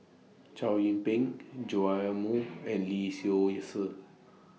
Chow Yian Ping Joash Moo and Lee Seow Ser